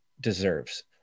deserves